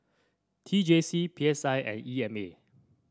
T J C P S I and E M A